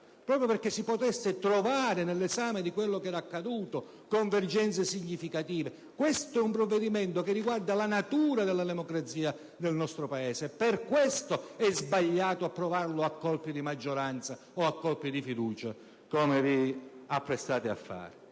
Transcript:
proprio perché si potessero trovare, nell'esame di quello che era accaduto, convergenze significative. Il provvedimento oggi al nostro esame riguarda la natura della democrazia nel nostro Paese: per questo è sbagliato approvarlo a colpi di maggioranza o di fiducia, come vi apprestate a fare.